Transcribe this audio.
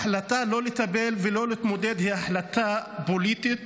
ההחלטה לא לטפל ולא להתמודד, היא החלטה פוליטית